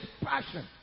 passion